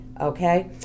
okay